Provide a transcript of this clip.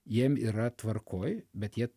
jiem yra tvarkoj bet jie